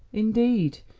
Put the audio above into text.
indeed.